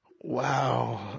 wow